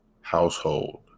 household